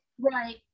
Right